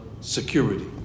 security